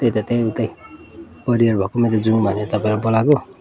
त्यही त त्यहीँ उतै परिवार भएकोमै जाउँ भनेर तपाईँलाई बोलाएको